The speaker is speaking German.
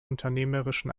unternehmerischen